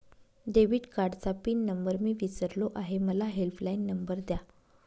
debit कार्डचा pin number मी विसरलो आहे मला हेल्पलाइन नंबर द्या